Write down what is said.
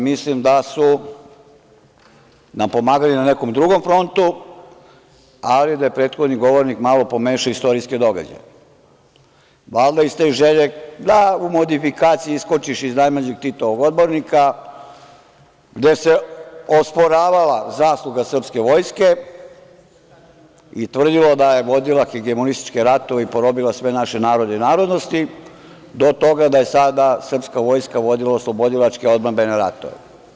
Mislim da su nam pomagali na nekom drugom frontu, ali da je prethodni govornik malo pomešao istorijske događaje, valjda iz te želje da u modifikaciji iskočiš iz najmlađeg Titovog odbornika, gde se osporavala zasluga srpske vojske i tvrdilo da je vodila hegemonističke ratove i porobila sve naše narode i narodnosti, do toga da je sada srpska vojska vodila oslobodilačke, odbrambene ratove.